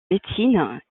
médecine